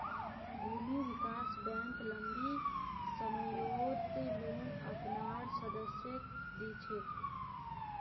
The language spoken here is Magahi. भूमि विकास बैंक लम्बी सम्ययोत लोन अपनार सदस्यक दी छेक